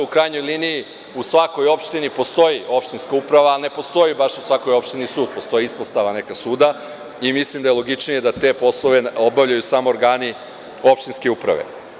U krajnjoj liniji, u svakoj opštini postoji opštinska uprava, ali ne postoji baš u svakoj opštini sud, postoji neka ispostava suda i mislim da je logičnije da te poslove obavljaju samo organi opštinske uprave.